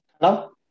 Hello